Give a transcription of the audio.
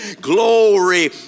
glory